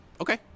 Okay